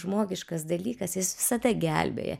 žmogiškas dalykas jis visada gelbėja